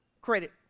credit